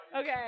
Okay